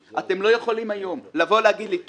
אתם לא יכולים לדרוש ממני היום ליישם תקן